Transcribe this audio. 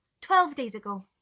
twelve days ago,